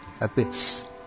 Abyss